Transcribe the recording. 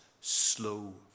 slow